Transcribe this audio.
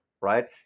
right